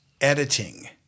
editing